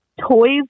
toys